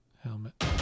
helmet